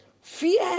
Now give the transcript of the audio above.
fear